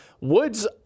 woods